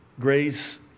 grace